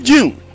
June